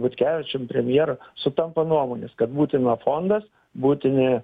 butkevičium premjeru sutampa nuomonės kad būtina fondas būtini